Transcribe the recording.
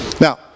Now